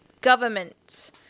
government